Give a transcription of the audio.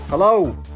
Hello